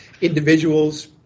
individuals